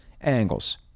angles